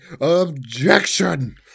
objection